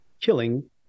killing